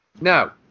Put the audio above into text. Now